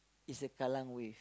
is the Kallang-Wave